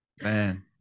Man